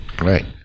Right